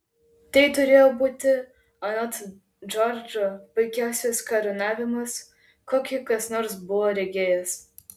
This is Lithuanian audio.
tai turėjo būti anot džordžo puikiausias karūnavimas kokį kas nors buvo regėjęs